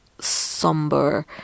somber